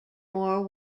more